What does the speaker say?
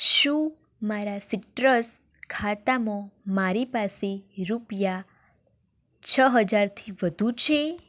શું મારા સીટ્રસ ખાતામાં મારી પાસે રૂપિયા છ હાજરથી વધુ છે